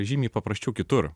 žymiai paprasčiau kitur